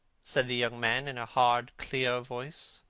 said the young man in a hard clear voice.